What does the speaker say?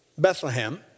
Bethlehem